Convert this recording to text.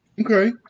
Okay